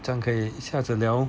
这样可以一下子聊